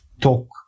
talk